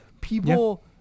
people